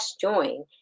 join